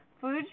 Food